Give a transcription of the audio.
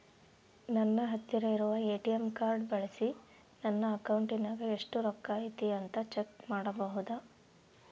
ನನ್ನ ಹತ್ತಿರ ಇರುವ ಎ.ಟಿ.ಎಂ ಕಾರ್ಡ್ ಬಳಿಸಿ ನನ್ನ ಅಕೌಂಟಿನಾಗ ಎಷ್ಟು ರೊಕ್ಕ ಐತಿ ಅಂತಾ ಚೆಕ್ ಮಾಡಬಹುದಾ?